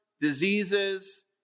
diseases